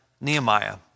Nehemiah